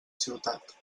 ciutat